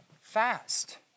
Fast